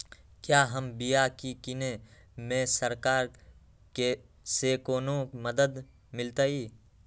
क्या हम बिया की किने में सरकार से कोनो मदद मिलतई?